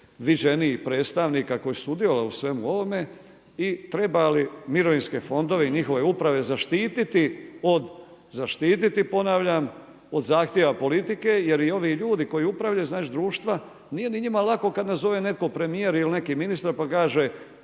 viđenijih predstavnika koji su sudjelovali u svemu ovome? I trebali mirovinske fondove i njihove uprave zaštititi od, zaštititi ponavljam od zahtjeva politike jer i ovi ljudi koji upravljaju…/Govornik se ne razumije./…društva, nije ni njima lako kad nazove netko, premijer ili neki ministar da oni